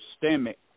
systemic